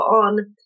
on